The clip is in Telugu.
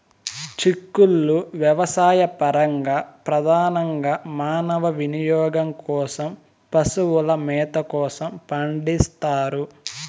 చిక్కుళ్ళు వ్యవసాయపరంగా, ప్రధానంగా మానవ వినియోగం కోసం, పశువుల మేత కోసం పండిస్తారు